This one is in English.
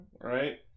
Right